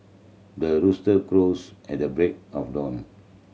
the rooster crows at the break of dawn